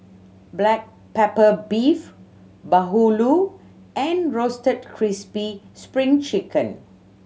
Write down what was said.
black pepper beef bahulu and Roasted Crispy Spring Chicken